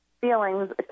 feelings